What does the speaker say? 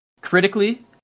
Critically